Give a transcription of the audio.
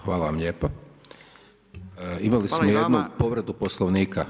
Hvala vam lijepo [[Upadica Radin: Hvala i vama.]] Imali smo jednu povredu Poslovnika.